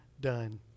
done